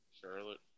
Charlotte